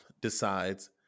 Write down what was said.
decides